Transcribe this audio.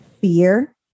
fear